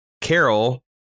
Carol